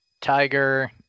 Tiger